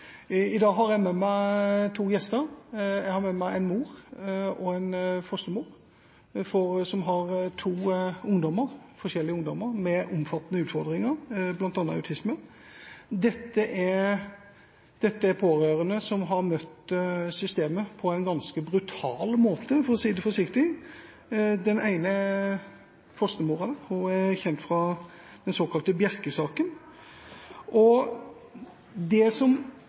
I dag har jeg med meg to gjester. Jeg har med meg en mor og en fostermor, som har to ungdommer med omfattende utfordringer, bl.a. autisme. Dette er pårørende som har møtt systemet på en ganske brutal måte, for å si det forsiktig. Den ene, fostermoren, er kjent fra den såkalte Bjerke-saken. Det som i hvert fall jeg og andre opplever når vi jobber med disse sakene, er et barnevern som